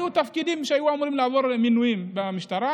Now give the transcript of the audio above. היו תפקידים שהיו אמורים לעבור מינויים במשטרה,